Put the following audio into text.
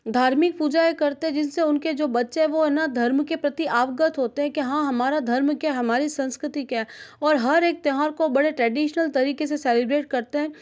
धार्मिक पूजाएँ करते हैं जिनसे उनके जो बच्चे है वह है न धर्म के प्रति अवगत होते हैं कि हाँ हमारा धर्म क्या हमारी संस्कृति क्या है और हर एक त्योहार को बड़े ट्रेडिशनल तरीके से सेलिब्रेट करते हैं